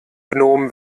gnom